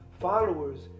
followers